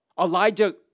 Elijah